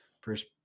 first